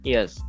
Yes